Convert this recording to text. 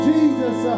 Jesus